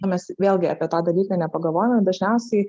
mes vėlgi apie tą dalyką nepagalvojom dažniausiai